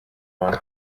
one